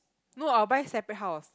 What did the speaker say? no I will buy separate house